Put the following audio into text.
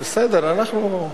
מסביר לו.